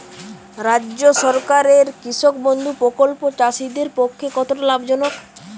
রাজ্য সরকারের কৃষক বন্ধু প্রকল্প চাষীদের পক্ষে কতটা লাভজনক?